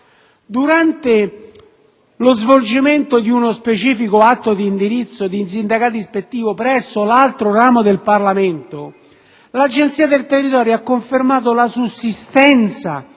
Durante lo svolgimento di uno specifico atto di sindacato ispettivo presso l'altro ramo del Parlamento, l'Agenzia del territorio ha confermato la sussistenza